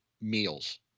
meals